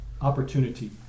opportunity